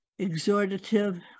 exhortative